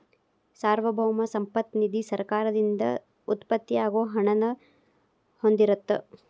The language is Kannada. ಸಾರ್ವಭೌಮ ಸಂಪತ್ತ ನಿಧಿ ಸರ್ಕಾರದಿಂದ ಉತ್ಪತ್ತಿ ಆಗೋ ಹಣನ ಹೊಂದಿರತ್ತ